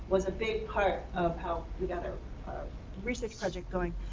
was a big part of how we got our research project going.